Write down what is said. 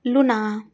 luna